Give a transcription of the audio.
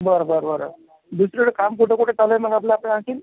बरं बरं बरं दुसरीकडं काम कुठं कुठं चालू आहे मग आपलं आता आणखीन